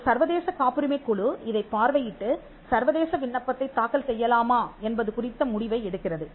ஒரு சர்வதேசக் காப்புரிமை குழு இதைப் பார்வையிட்டு சர்வதேச விண்ணப்பத்தைத் தாக்கல் செய்யலாமா என்பது குறித்த முடிவை எடுக்கிறது